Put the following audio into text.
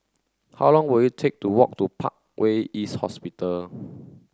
how long will it take to walk to Parkway East Hospital